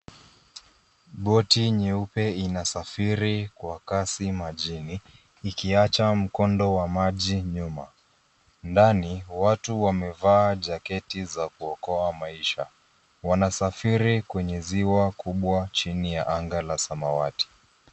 Boti nyeupe inasafiri kwa kasi majini ikiacha mkondo wa maji nyuma. Ndani watu wamevaa jaketi za kuokoa maisha. Wanasafiri kwenye ziwa kubwa chini ya anga la samawati.